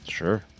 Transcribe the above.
sure